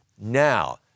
Now